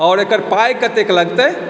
आओर एकर पाइ कतेक लगतै